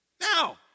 Now